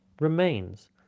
remains